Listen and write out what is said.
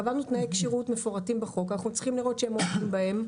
קבענו תנאי כשירות מפורטים בחוק ואנחנו צריכים לראות שהם עומדים בהם.